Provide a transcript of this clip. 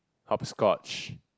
hop scotch